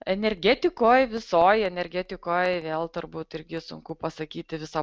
energetikoj visoj energetikoj vėl turbūt irgi sunku pasakyti visą